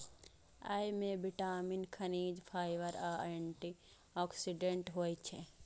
अय मे विटामिन, खनिज, फाइबर आ एंटी ऑक्सीडेंट होइ छै